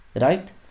Right